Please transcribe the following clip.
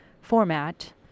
format